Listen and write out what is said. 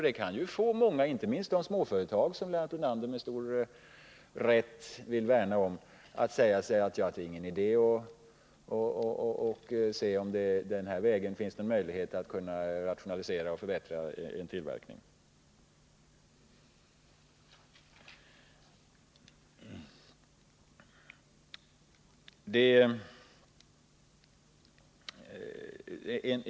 Det kan få många, inte minst de småföretag som Lennart Brunander med all rätt vill värna om, att säga sig att det inte är någon idé att undersöka om det finns möjlighet att den vägen få hjälp att rationalisera och förbättra sin tillverkning.